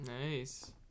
nice